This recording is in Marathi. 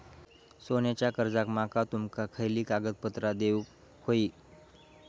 सोन्याच्या कर्जाक माका तुमका खयली कागदपत्रा देऊक व्हयी?